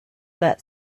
that